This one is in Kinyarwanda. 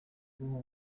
ubwonko